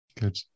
Good